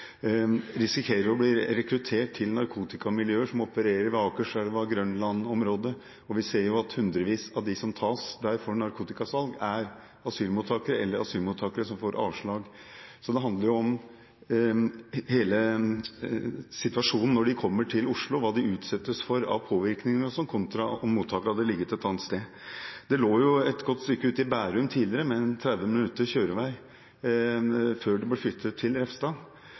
risikerer å bli rekruttert til narkotikamiljøer som opererer ved Akerselva og i Grønlandsområdet, og vi ser at hundrevis av dem som tas der for narkotikasalg, er asylsøkere eller asylsøkere som får avslag. Det handler om hele situasjonen når de kommer til Oslo – hva de utsettes for av påvirkning kontra om mottaket hadde ligget et annet sted. Det lå et godt stykke ute i Bærum tidligere, med 30 minutters kjørevei, før det ble flyttet til